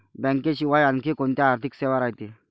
बँकेशिवाय आनखी कोंत्या आर्थिक सेवा रायते?